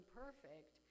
perfect